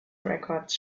records